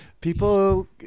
people